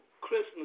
Christmas